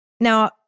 Now